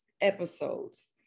episodes